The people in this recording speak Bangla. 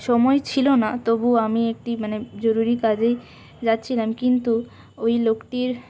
সময় ছিল না তবু আমি একটি মানে জরুরি কাজেই যাচ্ছিলাম কিন্তু ওই লোকটির